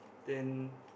then